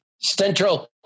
Central